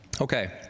Okay